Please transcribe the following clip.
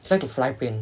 he like to fly plane